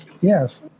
yes